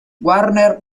warner